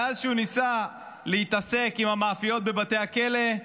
מאז שהוא ניסה להתעסק עם המאפיות בבתי הכלא,